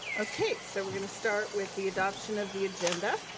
okay, so we're gonna start with the adoption of the agenda.